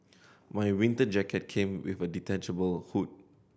my winter jacket came with a detachable hood